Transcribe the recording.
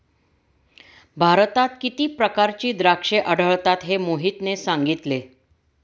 भारतात किती प्रकारची द्राक्षे आढळतात हे मोहितने सांगितले